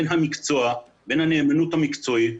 בין הנאמנות המקצועית,